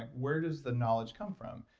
where does the knowledge come from?